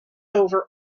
over